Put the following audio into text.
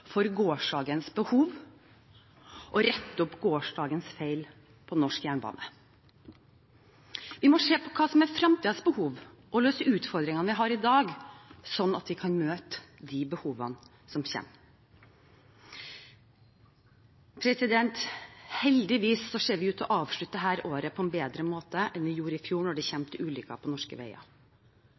for gårsdagens behov og rette opp gårsdagens feil på norsk jernbane. Vi må se på hva som er fremtidens behov, og løse utfordringene vi har i dag, sånn at vi kan møte de behovene som kommer. Heldigvis ser vi ut til å avslutte dette året på en bedre måte enn vi gjorde i fjor når det kommer til ulykker på norske veier.